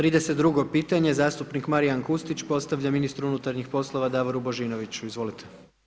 32. pitanje, zastupnik Marijan Hustić, postavlja ministru unutarnjih poslova, Davoru Božinoviću, izvolite.